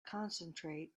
concentrate